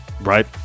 Right